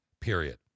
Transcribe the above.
period